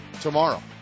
Tomorrow